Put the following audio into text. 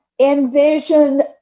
Envision